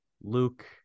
Luke